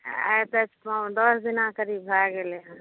आइ तऽ करीब दस दिना भय गेलै